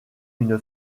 une